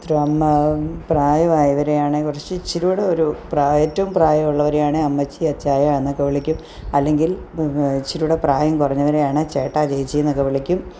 പ്രായമായവരെ ആണ് കുറച്ച് ഇച്ചിരി കൂടെ ഒരു ഏറ്റവും പ്രായമുള്ളവരെ ആണേ അമ്മച്ചി അച്ചായാന്നൊക്കെ വിളിക്കും അല്ലെങ്കിൽ ഇച്ചിരി കൂടെ പ്രായം കുറഞ്ഞവരെ ആണേ ചേട്ടാ ചേച്ചിയെന്നൊക്കെ വിളിക്കും